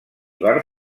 bar